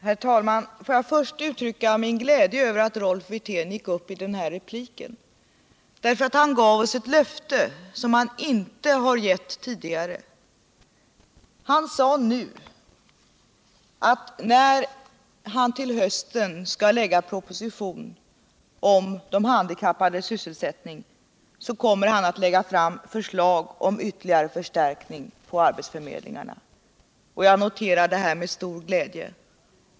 Herr talman! Får jag först uttrycka min glädje över att Rolf Wirtén gick upp i den här repliken. Han gav oss nämligen ew löfte som han inte har gett tidigare. Han sade nu att när han till hösten skall lägga en proposition om de handikappades sysselsättning kommer han att lägga fram förslag om ytterligare förstärkning av arbetsförmedlingarna. Jag noterar detta med stor glädje.